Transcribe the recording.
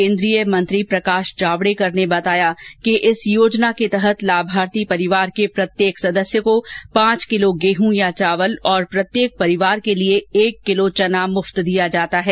केन्द्रीय मंत्री प्रकाश जावडेकर ने आज नई दिल्ली में संवाददताओं को बताया कि इस योजना के तहत लाभार्थी परिवार के प्रत्येक सदस्य को पांच किलो गेहं या चावल और प्रत्येक परिवार के लिए एक किलो चना मुफ्त दिया जाता है